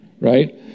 right